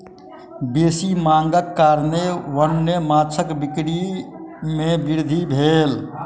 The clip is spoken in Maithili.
बेसी मांगक कारणेँ वन्य माँछक बिक्री में वृद्धि भेल